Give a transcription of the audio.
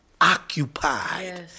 occupied